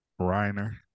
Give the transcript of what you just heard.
Reiner